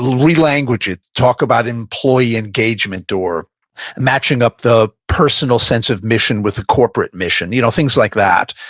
re-language it. talk about employee engagement or matching up the personal sense of mission with the corporate mission, you know things like that.